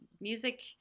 music